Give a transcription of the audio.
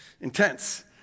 intense